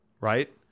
right